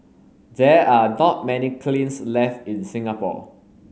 there are not many kilns left in Singapore